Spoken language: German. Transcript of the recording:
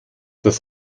das